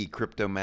Crypto